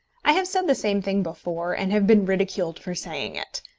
i have said the same thing before, and have been ridiculed for saying it.